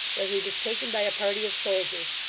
where he was taken by a party of soldiers.